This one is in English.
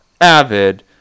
avid